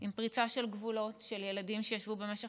עם פריצה של גבולות של ילדים שישבו במשך